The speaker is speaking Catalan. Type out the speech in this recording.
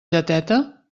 lleteta